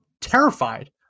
terrified